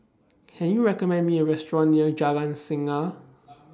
Can YOU recommend Me A Restaurant near Jalan Tenaga